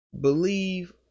believe